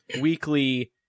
weekly